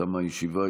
תמה הישיבה.